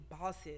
bosses